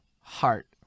Heart